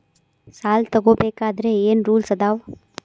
ಸಾಲ ತಗೋ ಬೇಕಾದ್ರೆ ಏನ್ ರೂಲ್ಸ್ ಅದಾವ?